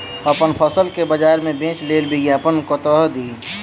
अप्पन फसल केँ बजार मे बेच लेल विज्ञापन कतह दी?